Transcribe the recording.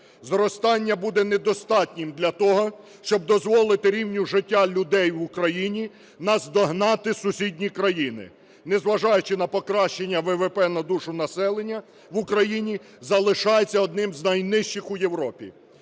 зростання буде недостатнім для того, щоб дозволити рівню життя людей в Україні наздогнати сусідні країни. Незважаючи на покращення, ВВП на душу населення в Україні залишається одним з найнижчих у Європі.